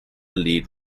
lead